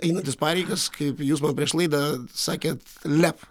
einantis pareigas kaip jūs man prieš laidą sakėt lep